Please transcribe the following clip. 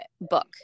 book